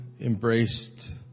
embraced